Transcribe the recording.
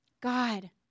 God